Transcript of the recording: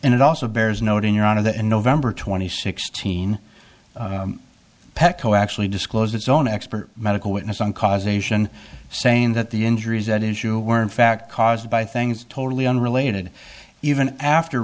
and it also bears noting you're out of the november twenty sixth teen pepco actually disclose its own expert medical witness on causation saying that the injuries that issue were in fact caused by things totally unrelated even after